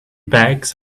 bags